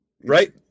Right